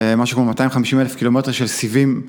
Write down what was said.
משהו כמו 250 אלף קילומטר של סיבים